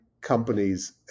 companies